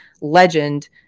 legend